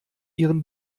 ihren